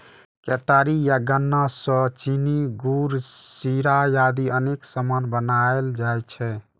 केतारी या गन्ना सं चीनी, गुड़, शीरा आदि अनेक सामान बनाएल जाइ छै